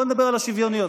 בוא נדבר על השוויוניות.